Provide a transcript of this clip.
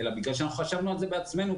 אלא בגלל שחשבנו על זה בעצמנו,